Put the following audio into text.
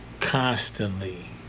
constantly